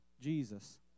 Jesus